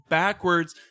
backwards